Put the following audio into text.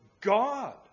God